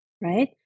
right